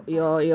but